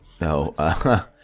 No